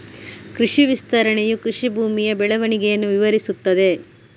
ಕೃಷಿ ವಿಸ್ತರಣೆಯು ಕೃಷಿ ಭೂಮಿಯ ಬೆಳವಣಿಗೆಯನ್ನು ವಿವರಿಸುತ್ತದೆ